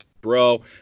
bro